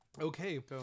Okay